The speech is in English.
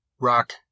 rock